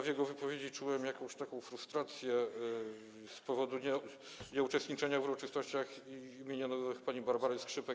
W jego wypowiedzi czułem jakąś taką frustrację z powodu nieuczestniczenia w uroczystościach imieninowych pani Barbary Skrzypek.